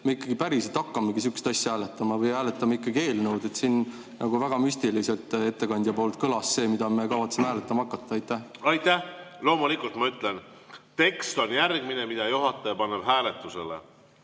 me ikkagi päriselt hakkamegi sihukest asja hääletama või hääletame eelnõu? Siin nagu väga müstiliselt ettekandja poolt kõlas see, mida me kavatseme hääletama hakata. Aitäh! Loomulikult ma ütlen. Tekst on järgmine, mida juhataja paneb hääletusele: